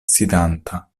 sidanta